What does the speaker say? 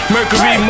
Mercury